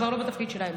כבר לא בתפקיד שלהם.